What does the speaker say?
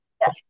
Yes